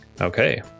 Okay